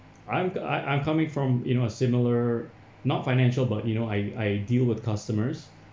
I'm I I'm coming from you know a similar not financial but you know I I deal with customers